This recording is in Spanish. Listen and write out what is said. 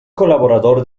colaborador